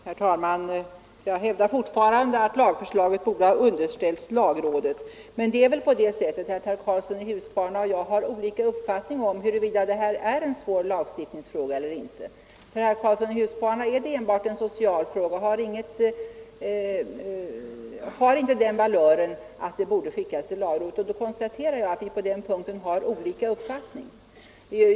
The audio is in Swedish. Herr talman! Jag hävdar fortfarande att lagförslaget borde ha underställts lagrådet, men herr Karlsson i Huskvarna och jag har väl olika uppfattningar om huruvida det här är en svår lagstiftningsfråga eller inte. För herr Karlsson är det enbart en social fråga, som inte har den valören att den borde skickas till lagrådet, och då konstaterar jag att vi på den punkten har olika meningar.